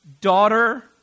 Daughter